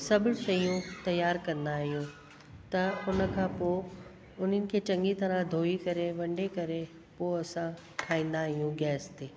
सभु शयूं त्यारु कंदा आहियूं त हुन खां पोइ उन्हनि खे चङी तरह धोई करे वंडे करे पोइ असां ठाहींदा आहियूं गैस ते